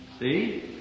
See